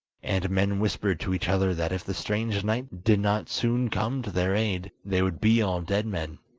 and men whispered to each other that if the strange knight did not soon come to their aid, they would be all dead men.